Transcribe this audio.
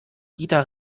dieter